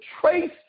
trace